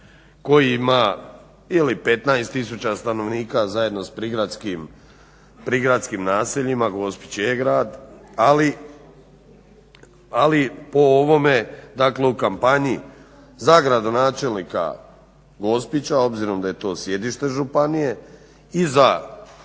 koji ima ili 15000 stanovnika zajedno s prigradskim naseljima, Gospić je grad, ali po ovome dakle u kampanji za gradonačelnika Gospića, obzirom da je to sjedište županije i za